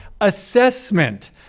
assessment